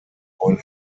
neun